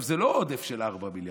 וזה לא עודף של 4 מיליארדים,